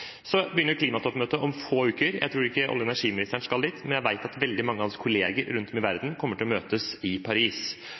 Så begynner klimatoppmøtet om få uker. Jeg tror ikke olje- og energiministeren skal dit, men jeg vet at veldig mange av hans kolleger rundt om i verden kommer til å møtes i Paris.